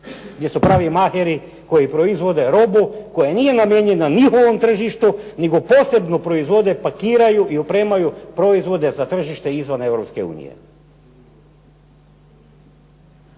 gdje su pravi maheri koji proizvode robu koja nije namijenjena njihovom tržištu, nego posebno proizvode, pakiraju i opremaju proizvode za tržište izvan Europske unije.